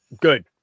Good